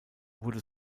wurde